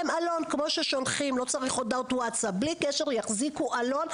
יהיה להם עלון, בלי קשר להודעות WhatsApp.